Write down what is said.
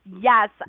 yes